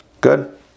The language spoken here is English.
Good